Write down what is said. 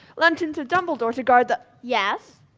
lent him to dumbledore to guard the yes?